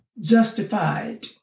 Justified